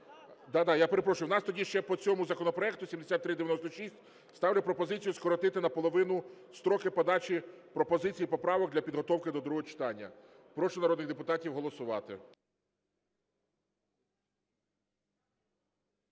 так? Да-да, я перепрошую, в нас тоді ще по цьому законопроекту, 7396. Ставлю пропозицію скоротити наполовину строки подачі пропозицій і поправок для підготовки до другого читання. Прошу народних депутатів голосувати.